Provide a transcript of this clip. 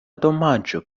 domaĝo